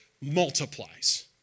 multiplies